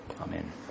Amen